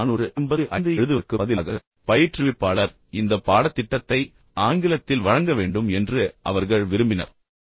ஈ NG 455 எழுதுவதற்குப் பதிலாக பயிற்றுவிப்பாளர் இந்த பாடத்திட்டத்தை ஆங்கிலத்தில் வழங்க வேண்டும் என்று அவர்கள் விரும்பினர்